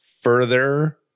further